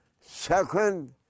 Second